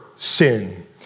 Sin